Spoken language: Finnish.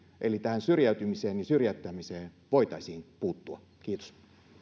eli syrjäytymiseen ja syrjäyttämiseen voitaisiin puuttua kiitos